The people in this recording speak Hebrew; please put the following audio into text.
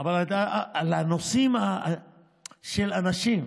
אבל על הנושאים של אנשים,